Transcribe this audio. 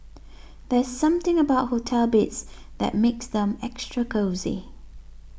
there's something about hotel beds that makes them extra cosy